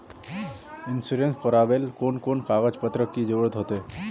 Insurance करावेल कोन कोन कागज पत्र की जरूरत होते?